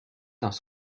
dans